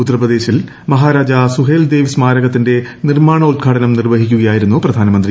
ഉത്തർപ്രദേശിൽ മഹാരാജ സുഹേൽദേവ് സ്മാരകത്തിന്റെ നിർമ്മാണോത്ഘാടനം നിർവ്വഹിക്കുകയായിരുന്നു പ്രധാനമന്ത്രി